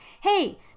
hey